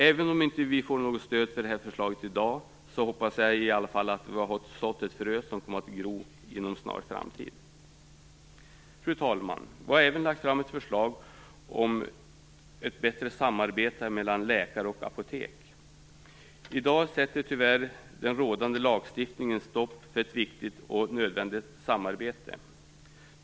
Även om vi inte får något stöd för det här förslaget i dag, hoppas jag att vi i alla fall har sått ett frö som kommer att gro inom en snar framtid. Fru talman! Vi har även lagt fram ett förslag om ett bättre samarbete mellan läkare och apotek. I dag sätter tyvärr den rådande lagstiftningen stopp för ett viktigt och nödvändigt samarbete.